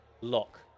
lock